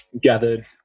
gathered